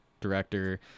director